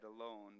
alone